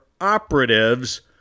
operatives